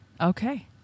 okay